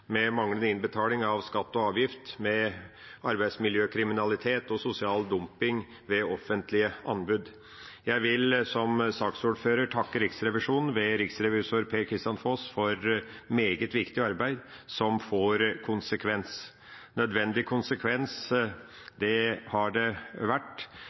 med manglende innbetaling av skatt og avgift, arbeidsmiljøkriminalitet og sosial dumping ved offentlige anbud. Jeg vil, som saksordføreren, takke Riksrevisjonen ved riksrevisor Per-Kristian Foss for meget viktig arbeid, som får konsekvens – nødvendig konsekvens har det vært